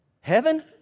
heaven